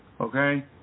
Okay